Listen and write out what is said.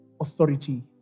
authority